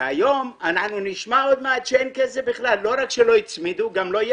ועוד מעט אנחנו נשמע שבכלל אין כסף.